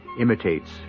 imitates